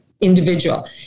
individual